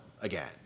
again